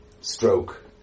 stroke